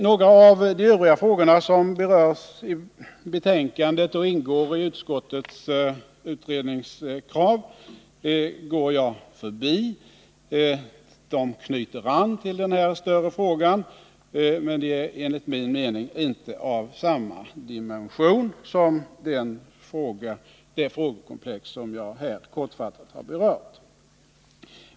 Några av de övriga frågor som berörs i betänkandet och ingår i utskottets utredningskrav går jag förbi. De knyter an till den här större frågan, men de är enligt min mening inte av samma dimension som det frågekomplex som jag nu kortfattat berört.